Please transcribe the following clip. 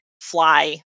fly